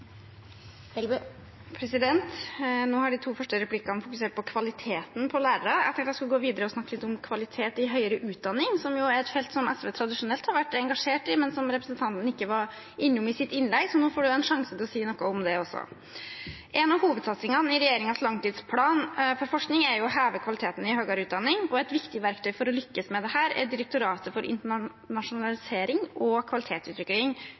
Nå har de to første replikkene fokusert på kvaliteten på lærere. Jeg tenkte jeg skulle gå videre og snakke litt om kvalitet i høyere utdanning, som jo er et felt som SV tradisjonelt har vært engasjert i, men som representanten ikke var innom i sitt innlegg, så nå får hun en sjanse til å si noe om det også. En av hovedsatsingene i regjeringens langtidsplan for forskning er å heve kvaliteten i høyere utdanning, og et viktig verktøy for å lykkes med dette er Direktoratet for internasjonalisering og kvalitetsutvikling